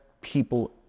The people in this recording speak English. people